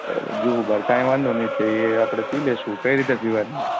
બરોબર જોવું કંઈ વાંધો નહીં તે આપણે પી લઇશું કઈ રીતે પીવાની